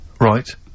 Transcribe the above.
Right